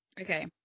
Okay